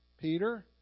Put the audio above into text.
Peter